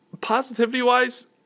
positivity-wise